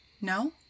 No